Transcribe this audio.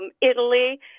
Italy